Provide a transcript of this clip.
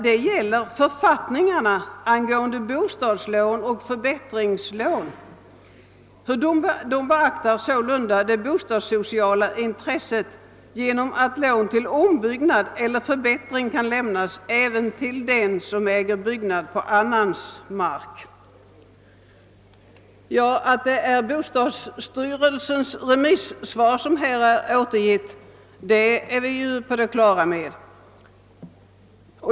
De gällande författningarna angående bostadslån och förbättringslån beaktar sålunda det bostadssociala intresset av att lån till ombyggnad eller förbättring kan lämnas även till den som äger byggnad på annans mark.» Att det är bostadsstyrelsens remisssvar som återgivits här är vi på det klara med.